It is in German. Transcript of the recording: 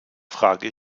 frage